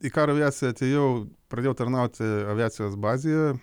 į karo aviaciją atėjau pradėjau tarnauti aviacijos bazėje